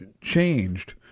changed